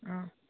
অঁ